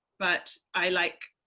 but, i like,